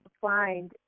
find